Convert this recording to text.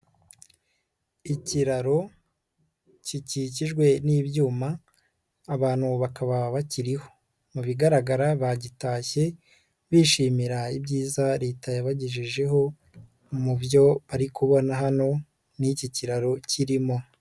Ikiraro gikikijwe n'ibyuma abantu bakaba bakiriho, mu bigaragara bagitashye bishimira ibyiza Leta yabagejejeho, mu byo bari kubona hano n'iki kiraro kirimo.